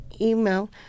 email